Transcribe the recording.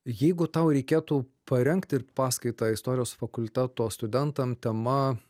jeigu tau reikėtų parengti ir paskaitą istorijos fakulteto studentam tema